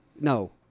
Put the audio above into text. no